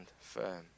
firm